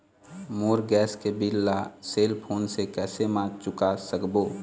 मोर gas के bill ला cell phone से कैसे म चुका सकबो?